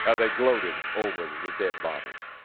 ah they gloated over the the dead bodies.